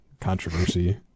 controversy